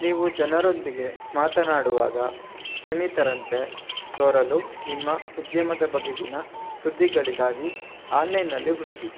ನೀವು ಜನರೊಂದಿಗೆ ಮಾತನಾಡುವಾಗ ಪರಿಣಿತರಂತೆ ತೋರಲು ನಿಮ್ಮ ಉದ್ಯಮದ ಬಗೆಗಿನ ಸುದ್ದಿಗಳಿಗಾಗಿ ಆನ್ಲೈನ್ನಲ್ಲಿ ಹುಡುಕಿ